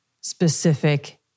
specific